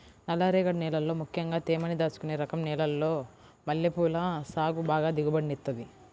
నల్లరేగడి నేలల్లో ముక్కెంగా తేమని దాచుకునే రకం నేలల్లో మల్లెపూల సాగు బాగా దిగుబడినిత్తది